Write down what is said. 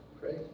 great